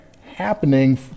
happening